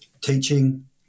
teaching